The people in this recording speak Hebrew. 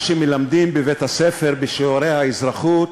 מה שמלמדים בבית-הספר בשיעורי האזרחות,